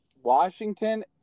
Washington